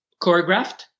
choreographed